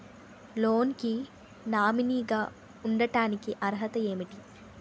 Loan కి nominee గా ఉండటానికి అర్హత ఏమిటి?